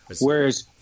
Whereas